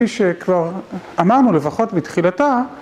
כפי שכבר אמרנו, לפחות בתחילתה...